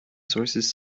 sources